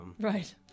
right